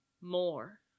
more